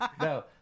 No